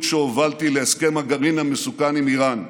שהובלתי להסכם הגרעין המסוכן עם איראן.